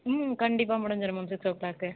ம் கண்டிப்பாக முடிஞ்சிரும் மேம் சிக்ஸ் ஓ க்ளாக்கு